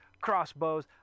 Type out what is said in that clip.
crossbows